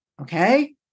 Okay